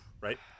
right